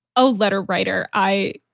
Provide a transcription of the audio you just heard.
a letter writer, i,